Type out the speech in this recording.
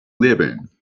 living